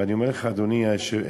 ואני אומר לך, אדוני השר,